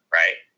right